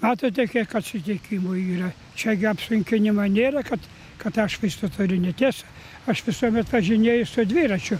matote kiek atsitikimų yra čia gi apsunkinimo nėra kad kad atšvaitą turiu ne tiesa aš visuomet važinėju su dviračiu